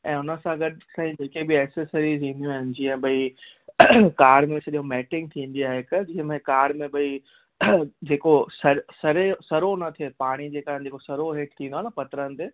ऐं हुन सां गॾु साईं जेके बि एसेसरीस ईन्दियू आहिनि जीअं भई कार में सॼो मैटींग थींदी आहे जंहिंमें कार में भई जेको सर सरे सरो न थिए पाणी जेका आहिनि जेको सरो हेठि थींदो आहे न पत्रनि ते